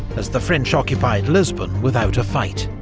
as the french occupied lisbon without a fight.